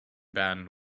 band